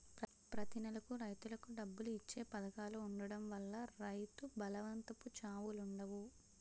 ప్రతి నెలకు రైతులకు డబ్బులు ఇచ్చే పధకాలు ఉండడం వల్ల రైతు బలవంతపు చావులుండవు